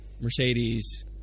Mercedes